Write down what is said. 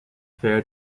fair